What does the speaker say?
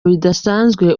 bidasanzwe